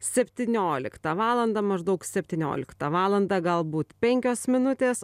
septynioliktą valandą maždaug septynioliktą valandą galbūt penkios minutės